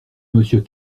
monsieur